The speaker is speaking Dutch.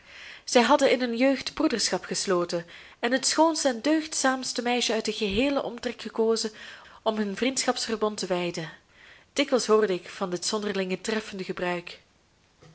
zij hadden in hun jeugd broederschap gesloten en het schoonste en deugdzaamste meisje uit den geheelen omtrek gekozen om hun vriendschapsverbond te wijden dikwijls hoorde ik van dit zonderlinge treffende gebruik